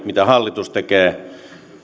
mitä hallitus tekee